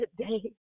today